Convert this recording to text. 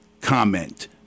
comment